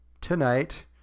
tonight